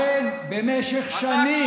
החלשתה של משטרת ישראל